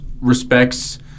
respects